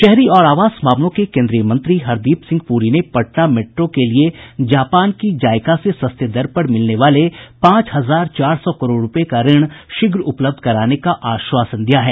शहरी और आवास मामलों के केन्द्रीय मंत्री हरदीप सिंह पुरी ने पटना मेट्रो के लिए जापान की जाइका से सस्ते दर पर मिलने वाले पांच हजार चार सौ करोड़ रूपये का ऋण शीघ्र उपलब्ध कराने का आश्वासन दिया है